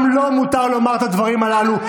גם לו מותר לומר את הדברים הללו.